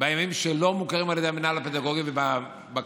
בימים שלא מוכרים על ידי המינהל הפדגוגי ובכללי,